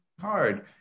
hard